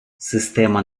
система